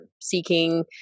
seeking